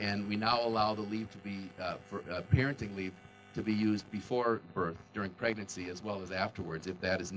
and we now allow the leave to be for parenting leave to be used before birth during pregnancy as well as afterwards if that is